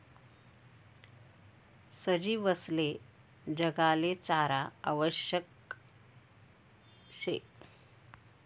सजीवसले जगाले चारा आवश्यक शे